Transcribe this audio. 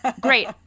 Great